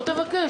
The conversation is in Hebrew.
לא תבקש.